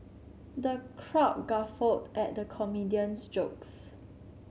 the crowd guffawed at the comedian's jokes